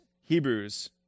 Hebrews